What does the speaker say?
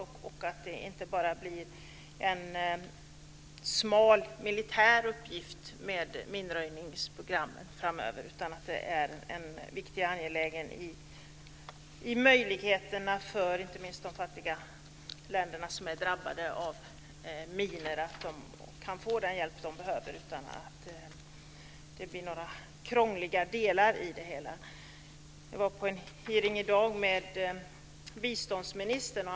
Minröjningsprogrammet ska inte bara bli en smal militär uppgift, utan det är angeläget att inte minst de fattiga länder som har drabbats av minor kan få den hjälp de behöver utan att det blir något krångligt i det hela. Jag har varit på en hearing i dag där biståndsministern deltog.